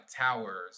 towers